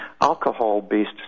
Alcohol-based